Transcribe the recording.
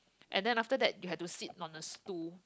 and then after that you had to sit on a stool